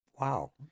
wow